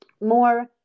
More